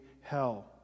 hell